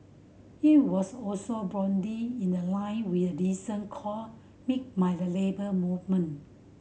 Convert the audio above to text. it was also broadly in the line with a recent call made by the Labour Movement